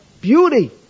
beauty